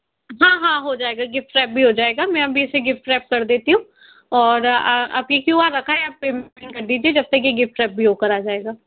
हाँ हाँ हो जाएगा गिफ्ट रैप भी हो जाएगा मैं अभी इसे गिफ्ट रैप कर देती हूँ और ये क्यू आर रखा है आप पेमेंट कर दीजिए जब तक ये गिफ्ट क्यू आर रैप होकर भी आ जाएगा